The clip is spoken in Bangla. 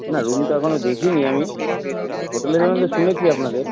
না রুম তো এখনো দেখিনি আমি হোটেলের সম্বন্ধে শুনেছি আপনাদের